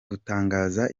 gutangaza